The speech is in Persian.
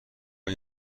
این